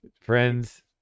Friends